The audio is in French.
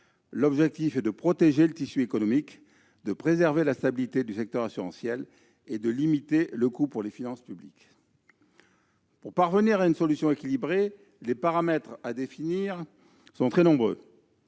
l'objectif est de protéger le tissu économique, de préserver la stabilité du secteur assurantiel et de limiter le coût pour les finances publiques. Pour parvenir à une solution équilibrée, les paramètres à définir sont très nombreux